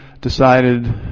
decided